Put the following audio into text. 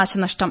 നാശനഷ്ടം